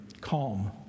Calm